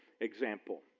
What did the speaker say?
example